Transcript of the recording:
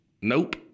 Nope